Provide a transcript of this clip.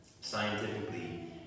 scientifically